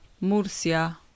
Murcia